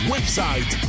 Website